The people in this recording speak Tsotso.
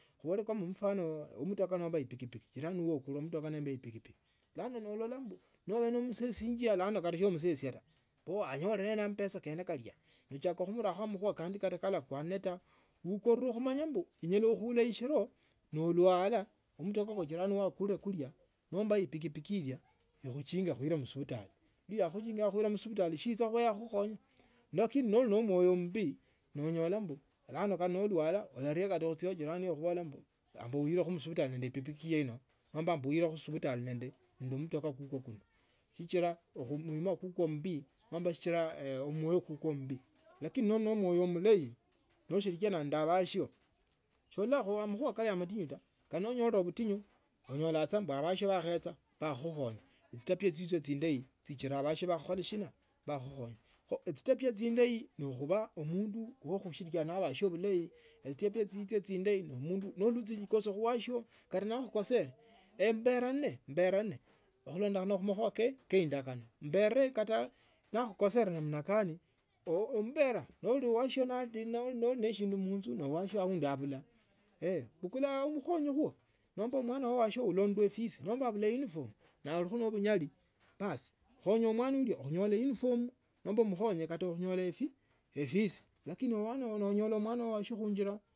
Khubole kwa mfano mtokaa nomba epikipiki jirani uo akule mutokaa nomba epikipiki bulano nolola mbu nobe nomusesianga kata somuseria ta kho anyorere ena amapesa kalya nochaka khumuwa amakhuwa khandi kata kalafwane taa ukone khumanya mbu unyala khulila eshiro nolwalwa umutokaa kwa jirani wakulele kulia nomba epikipiki ilya ikuchinge ikhuile mhospitali ne yakhuli mhospitali siyicho ne akhukhonye lakini noli nende mmoyo mbi nonyola mbu nole nolwala lirame kata khuchia wa jirani khubola mbu amba umbilekho muhospitali ne epikipiki hiyo ino nomba amba umbile kho muhospitali nende mutoka kukwo kuno sichila mwima kukwo mbie nomba sichira omwoyo kukwo mbi lakini noba nende mwoyo mulayi noshirikiana nende awasio sololakho amakhuwa kali amatinyu taa onyola saa abasio bakhecha bakha khunyo chitabia chicho chindayi sichila basio bakhakhonya kho echitabia chindayi ne khubaa omundu wa kushirikiano nebasio bulayi ne etabia chichiye chindayi nourusia likoro khu ansio kata noomukasale emberane mberane khulondo khane nende mukhuwa ke enda kane mberee kata nebakhukosele namna gani ebera nooli wasio nooli ne shindu munzu na wasio aundi abula efisi nomba abula uniform na abikho ne obunyali basi khonya mwana huyo khunyola uniform nomba umukhonye kata kunyola efisi lakini onyola mwana we wasio khunjila.